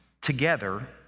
together